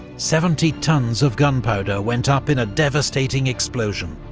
seventy tons of gunpowder went up in a devastating explosion,